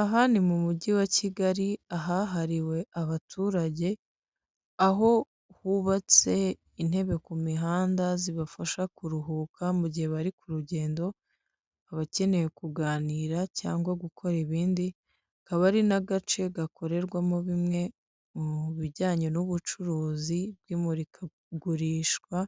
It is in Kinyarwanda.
Aha ni mu mugi wa kigali ahahariwe abaturage ho hubatse intebe kumuhanda zibafasha kuruhuka mu gihe bari ku rugendo, abakeneye kuganira cyangwa gukora ibindi . Akaba ari agace gakorerwamo ibijyanye n'ubucuruzi bw'imurikagurishwa